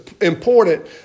important